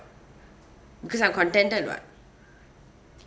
because I'm contented [what]